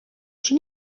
czy